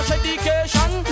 education